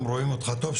גם רואים אותך טוב,